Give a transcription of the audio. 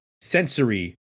sensory